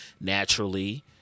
naturally